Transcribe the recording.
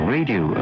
Radio